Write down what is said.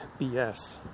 BS